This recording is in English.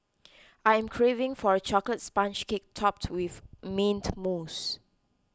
I am craving for a Chocolate Sponge Cake Topped with Mint Mousse